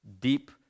deep